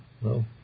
No